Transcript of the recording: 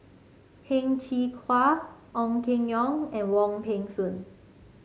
Heng Cheng Hwa Ong Keng Yong and Wong Peng Soon